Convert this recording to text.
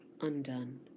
undone